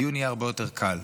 הדיון יהיה הרבה יותר קל,